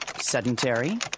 sedentary